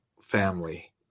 family